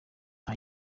nta